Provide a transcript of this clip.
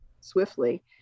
swiftly